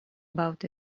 about